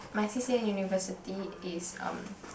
my c_c_a university is um